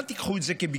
אל תיקחו את זה כביקורת